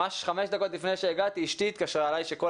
ממש חמש דקות לפני שהגעתי אשתי התקשרה אליי שכל